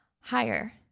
higher